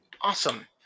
Awesome